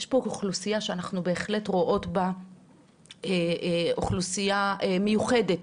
יש פה אוכלוסיה שאנחנו בהחלט רואות בה אוכלוסיה מיוחדת.